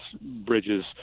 bridges